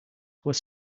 were